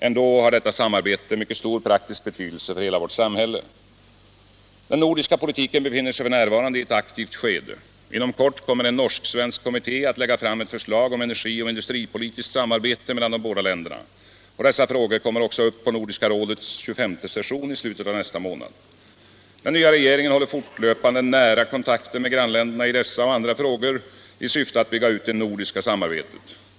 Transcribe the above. Ändå har detta samarbete mycket stor praktisk betydelse för hela vårt samhälle. Den nordiska politiken befinner sig f. n. i ett aktivt skede. Inom kort kommer en norsk-svensk kommitté att lägga fram förslag om energioch industripolitiskt samarbete mellan de bägge länderna. Dessa frågor kommer också upp på Nordiska rådets tjugofemte session i slutet av nästa månad. Den nya regeringen håller fortlöpande nära kontakter med grannländerna i dessa och andra frågor i syfte att bygga ut det nordiska samarbetet.